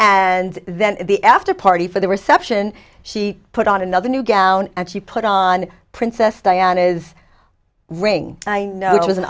and then the after party for the reception she put on another new gown and she put on princess diana's ring i know it was an